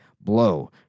blow